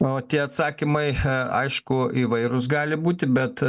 o tie atsakymai aišku įvairūs gali būti bet